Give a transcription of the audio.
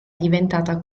diventata